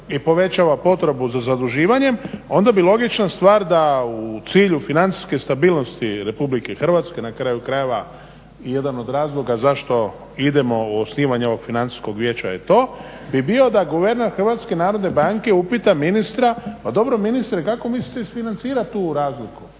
i povećava potrebu za zaduživanjem onda bi logična stvar da u cilju financijske stabilnosti RH na kraju krajeva i jedan od razloga zašto idemo u osnivanje ovog Financijskog vijeća je to, bi bio da guverner HNB-a upita ministra pa dobro ministre kako mislite isfinancirati tu razliku?